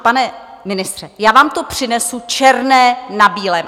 Pane ministře, já vám to přinesu černé na bílém.